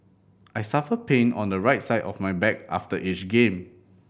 I suffer pain on the right side of my back after each game